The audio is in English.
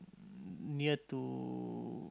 near to